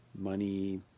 Money